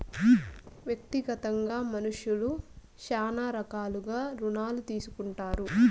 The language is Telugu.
వ్యక్తిగతంగా మనుష్యులు శ్యానా రకాలుగా రుణాలు తీసుకుంటారు